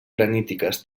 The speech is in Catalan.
granítiques